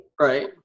Right